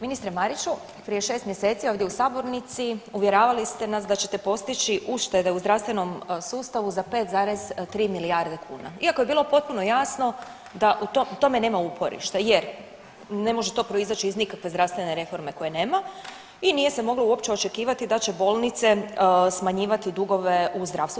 Ministre Mariću, prije 6 mjeseci ovdje u sabornici uvjeravali ste nas da ćete postići uštede u zdravstvenom sustavu za 5,3 milijarde kuna iako je bilo potpuno jasno da u tome nema uporišta jer ne može to proizaći iz nikakve zdravstvene reforme koje nema i nije se moglo uopće očekivati da će bolnice smanjivati dugove u zdravstvu.